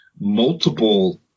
multiple